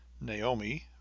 Naomi